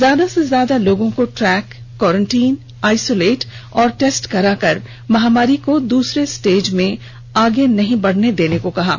ज्यादा से ज्यादा लोगों को ट्रैक क्वारेंटीन आइसोलेट और टेस्ट कराकर महामारी को दूसरे स्टेज से आगे नहीं बढ़ने देना है